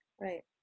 Right